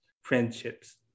friendships